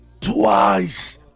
twice